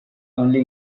only